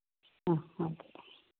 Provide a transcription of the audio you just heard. ആ ആയിക്കോട്ടെ